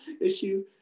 issues